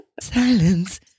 Silence